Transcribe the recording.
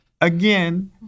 again